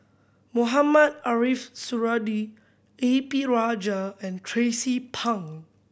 Mohamed Ariff Suradi A P Rajah and Tracie Pang